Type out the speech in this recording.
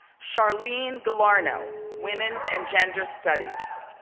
charlene galaneau, women's and gender studies.